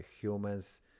humans